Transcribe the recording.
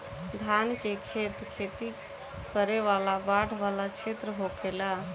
धान के खेत खेती करे वाला बाढ़ वाला क्षेत्र होखेला